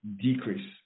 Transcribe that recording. decrease